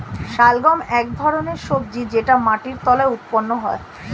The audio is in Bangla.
শালগম এক ধরনের সবজি যেটা মাটির তলায় উৎপন্ন হয়